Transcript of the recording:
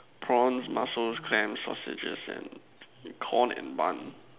prawn mussels clams sausages and corn and bun